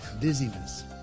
dizziness